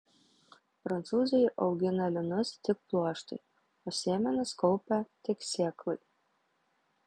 prancūzai augina linus tik pluoštui o sėmenis kaupia tik sėklai